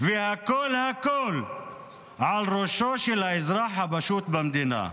והכול הכול על ראשו של האזרח הפשוט במדינה.